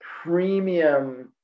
premium